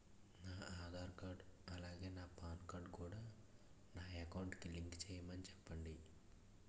నా ఆధార్ కార్డ్ అలాగే PAN card కూడా నా అకౌంట్ కి లింక్ చేయమని చెప్పండి